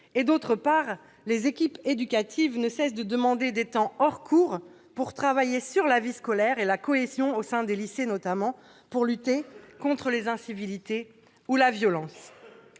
et, d'autre part, les équipes éducatives ne cessent de demander des temps hors cours pour travailler sur la vie scolaire et la cohésion au sein du lycée, notamment pour lutter contre les incivilités ou les violences.